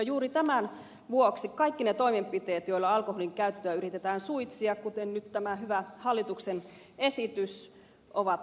juuri tämän vuoksi kaikki ne toimenpiteet joilla alkoholinkäyttöä yritetään suitsia kuten nyt tämä hyvä hallituksen esitys ovat tarpeellisia